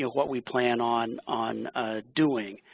what we plan on on doing.